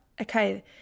okay